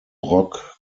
brok